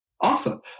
Awesome